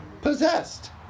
Possessed